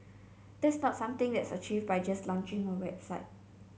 that's not something that's achieved by just launching a website